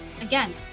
again